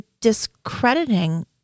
discrediting